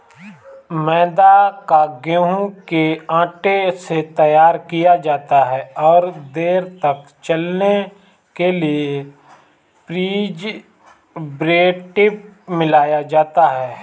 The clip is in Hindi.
मैदा को गेंहूँ के आटे से तैयार किया जाता है और देर तक चलने के लिए प्रीजर्वेटिव मिलाया जाता है